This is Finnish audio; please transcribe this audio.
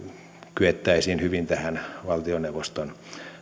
kyettäisiin hyvin tähän valtioneuvoston